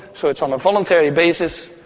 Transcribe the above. so it's on a voluntary basis.